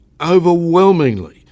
overwhelmingly